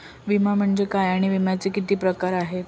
विमा म्हणजे काय आणि विम्याचे किती प्रकार आहेत?